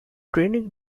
training